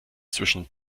zwischen